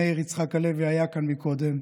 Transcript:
ומאיר יצחק הלוי היה כאן קודם,